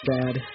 bad